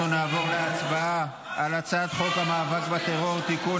אנחנו נעבור להצבעה על הצעת חוק המאבק בטרור (תיקון,